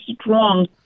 strong